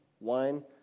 wine